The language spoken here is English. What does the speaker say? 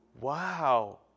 wow